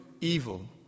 evil